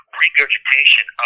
regurgitation